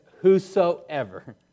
whosoever